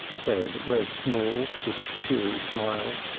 said reb shemuel with his cheery smile,